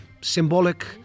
symbolic